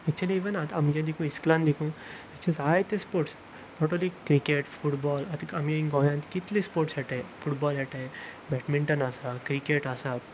actually even आतां म्हज्या देखून इस्कुलान देखून जायते sports not only cricket football आतां आमी गोंयांत कितले स्पोर्ट्स खेळटात फुटबॉल खेळटात बॅडमिंटन आसा क्रिकेट आसा